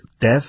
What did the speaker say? death